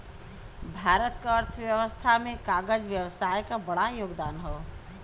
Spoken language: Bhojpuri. भारत क अर्थव्यवस्था में कागज व्यवसाय क बड़ा योगदान हौ